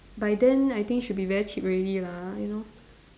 by then I think should be very cheap already lah you know